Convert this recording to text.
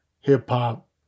hip-hop